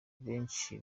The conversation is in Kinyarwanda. benshi